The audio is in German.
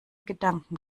gedanken